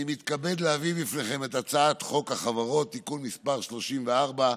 אני מתכבד להביא בפניכם את הצעת חוק החברות (תיקון מס' 34),